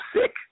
sick